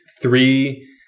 three